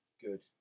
good